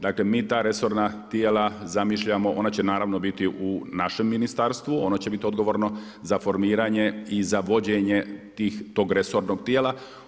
Dakle, mi ta resorna tijela zamišljamo, ona će naravno biti u našem ministarstvo, ono će biti odgovorno za formiranje i za vođenje tog resornog tijela.